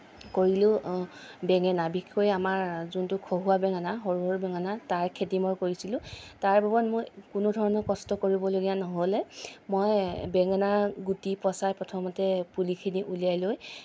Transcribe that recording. কৰিলোঁ বেঙেনা বিশেষকৈ আমাৰ যোনটো খহুৱা বেঙেনা সৰু সৰু বেঙেনা তাৰ খেতি মই কৰিছিলোঁ তাৰ বাবদ মই কোনো ধৰণৰ কষ্ট কৰিবলগীয়া নহ'লে মই বেঙেনা গুটি পচাই প্ৰথমতে পুলিখিনি উলিয়াই লৈ